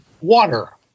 water